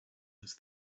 this